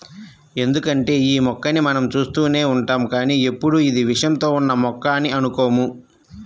ఎందుకంటే యీ మొక్కని మనం చూస్తూనే ఉంటాం కానీ ఎప్పుడూ ఇది విషంతో ఉన్న మొక్క అని అనుకోము